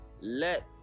let